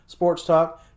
sportstalk